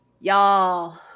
y'all